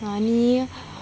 आनी